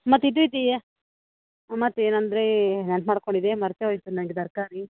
ಮತ್ತು ಇದು ಇದೆಯಾ ಮತ್ತು ಏನೆಂದ್ರೆ ನೆನ್ಪು ಮಾಡ್ಕೊಂಡಿದ್ದೆ ಮರೆತೆ ಹೋಯ್ತು ನನಗೆ ತರಕಾರಿ